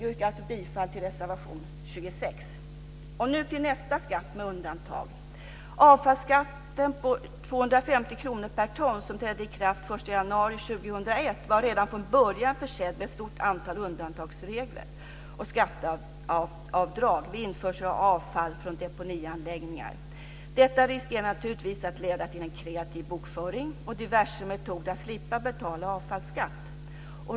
Jag yrkar alltså bifall till reservation 26. Nu övergår jag till nästa skatt med undantag. Det gäller avfallsskatten på 250 kr per ton, som trädde i kraft den 1 januari 2001. Den var redan från början försedd med ett stort antal undantagsregler och skatteavdrag vid införsel av avfall från deponianläggningar. Detta riskerar naturligtvis att leda till en kreativ bokföring och till diverse metoder för att slippa betala avfallsskatt.